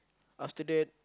after that